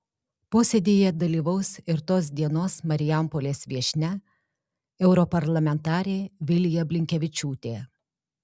posėdyje dalyvaus ir tos dienos marijampolės viešnia europarlamentarė vilija blinkevičiūtė